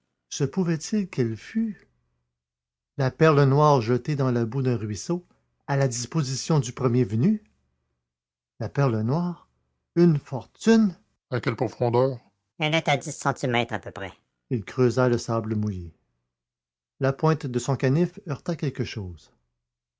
se pouvait-il qu'elle y fût la perle noire jetée dans la boue d'un ruisseau à la disposition du premier venu la perle noire une fortune à quelle profondeur dix centimètres à peu près il creusa le sable mouillé la pointe de son canif heurta quelque chose